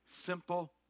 simple